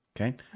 okay